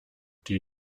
die